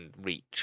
reach